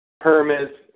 Permits